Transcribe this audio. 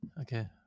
Okay